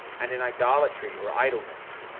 and in idolatry or idleness,